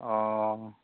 অঁ